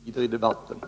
Fru talman! Det är inte jag som glider i debatten.